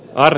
ari